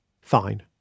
Fine